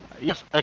Yes